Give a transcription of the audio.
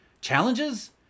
Challenges